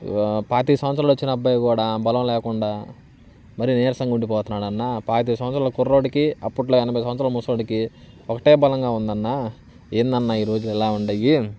పాతిక సంవత్సరాలొచ్చిన అబ్బాయి కూడా బలం లేకుండా మరీ నీరసంగా ఉండిపోతున్నాడన్నా పాతిక సంవత్సరాలు కుర్రోడికి అప్పట్లో ఎనభై సంవత్సరాలు ముసలోడికి ఒకటే బలంగా ఉందన్నా ఏంది అన్న ఈరోజులు ఇలా ఉన్నాయి